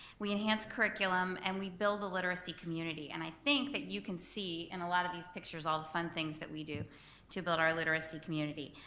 we enhance curriculum and we build a literacy community and i think that you can see in a lot of these pictures all the fun things that we do to build our literacy community.